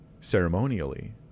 ceremonially